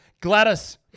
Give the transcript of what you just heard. Gladys